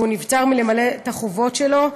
ונבצר ממנו מלמלא את החובות שלו.